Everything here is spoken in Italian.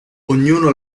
ognuno